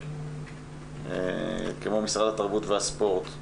כמו משרד התרבות והספורט,